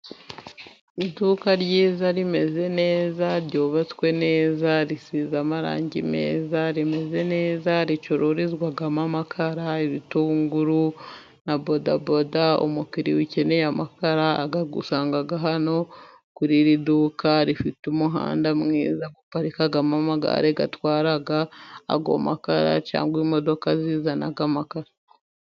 Iduka ryiza rimeze neza , ryubatswe neza, risize amarangi meza, rimeze neza , ricururizwamo amakara , ibitunguru na bodaboda . Umukiriya ukeneye amakara usanga hano kuri iri duka rifite umuhanda mwiza uparikamo amagare atwara ayo makara, cyangwa imodoka zizanaga amakara.